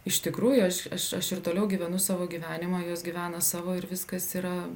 iš tikrųjų aš aš aš ir toliau gyvenu savo gyvenimą jos gyvena savo ir viskas yra